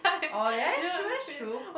oh that's true that's true